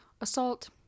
assault